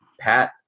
Pat